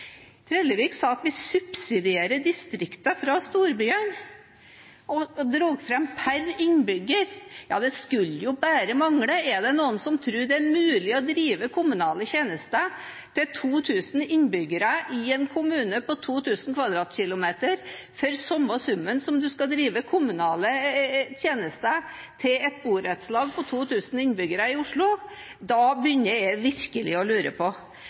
Trellevik sa at vi subsidierer distriktene fra storbyene, og dro fram per innbygger. Ja, det skulle jo bare mangle. Er det noen som tror det er mulig å drive kommunale tjenester for 2 000 innbyggere i en kommune på 2 000 km 2 for samme sum som en skal drive kommunale tjenester til et borettslag på 2 000 innbyggere i Oslo? Da begynner jeg virkelig